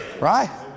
Right